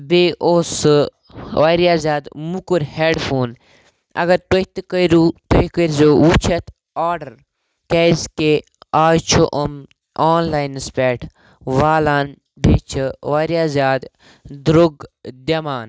بیٚیہِ اوس سُہ واریاہ زیادٕ موٚکُر ہٮ۪ڈ فون اگر تُہۍ تہِ کٔرِو تُہۍ کٔرۍزیو وٕچھِتھ آڈَر کیٛازِکہِ اَز چھُ یِم آنلاینَس پٮ۪ٹھ والان بیٚیہِ چھِ واریاہ زیادٕ درٛوٚگ دِوان